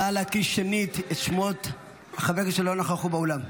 נא להקריא שנית את שמות חברי הכנסת שלא נכחו באולם.